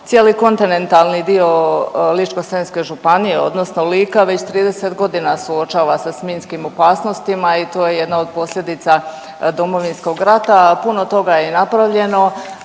Cijeli kontinentalni dio Ličko-senjske županije, odnosno Lika, već 30 godina suočava se s minskim opasnostima i to je jedna od posljedica Domovinskog rata, a puno toga je i napravljeno.